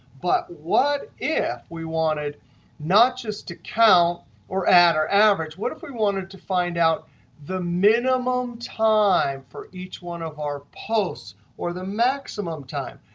but what if we wanted not just to count or add or average. what if we wanted to find out the minimum time for each one of our posts, or the maximum time?